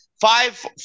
five